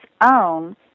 own